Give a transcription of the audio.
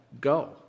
Go